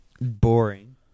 boring